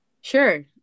Sure